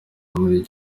muri